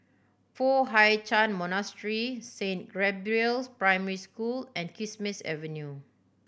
Foo Hai Ch'an Monastery Saint Gabriel's Primary School and Kismis Avenue